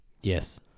Yes